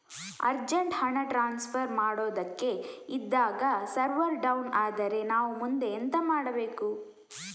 Urgent ಹಣ transfer ಮಾಡೋದಕ್ಕೆ ಇದ್ದಾಗ ಸರ್ವರ್ ಡೌನ್ ಆದರೆ ನಾವು ಮುಂದೆ ಎಂತ ಮಾಡಬೇಕು?